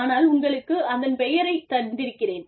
ஆனால் உங்களுக்கு அதன் பெயரைத் தந்திருக்கிறேன்